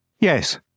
Yes